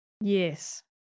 yes